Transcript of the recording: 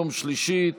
יום שלישי,